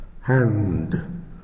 hand